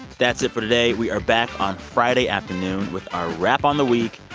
that's it for today. we are back on friday afternoon with our wrap on the week.